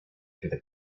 through